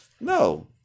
No